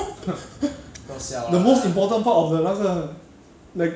we alrea~ we al~ we went through ten years of compulsory education with